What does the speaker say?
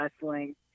Wrestling